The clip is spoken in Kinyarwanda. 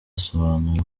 asobanura